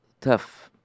tough